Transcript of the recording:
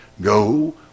go